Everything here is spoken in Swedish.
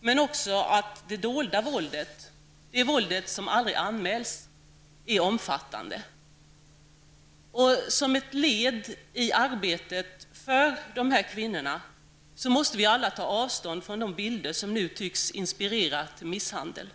men också att det dolda våldet -- det våld som aldrig anmäls -- är omfattande. Som ett led i arbetet för dessa kvinnor måste vi alla ta avstånd från de bilder som nu tycks inspirera till misshandel.